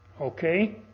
Okay